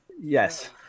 Yes